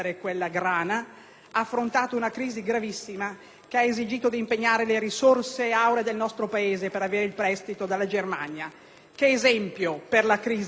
ha affrontato una crisi gravissima che ha richiesto di impegnare le riserve auree del nostro Paese per avere il prestito dalla Germania. Che esempio anche per la crisi di oggi!